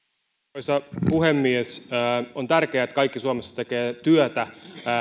arvoisa puhemies on tärkeää että kaikki suomessa tekevät työtä